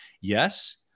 yes